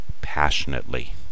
passionately